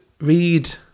read